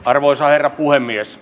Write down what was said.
arvoisa herra puhemies